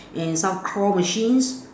and some claw machines